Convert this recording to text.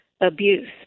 Abuse